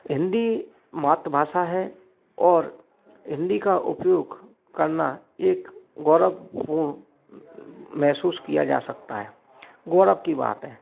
हिंदी मातृभाषा है और हिंदी का उपयोग करना एक गौरवपूर्ण महसूस किया जा सकता है गौरव की बात है